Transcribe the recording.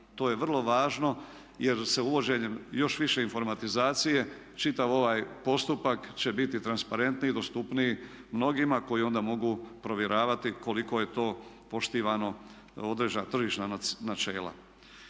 To je vrlo važno jer se uvođenjem još više informatizacije čitav ovaj postupak će biti transparentniji, dostupniji mnogima koji onda mogu provjeravati koliko je to poštivano tržišna načela.